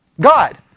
God